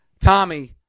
Tommy